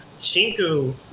Shinku